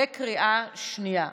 בקריאה שנייה.